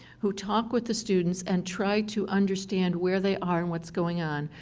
who talk with the students and try to understand where they are and what's going on.